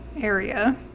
area